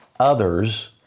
others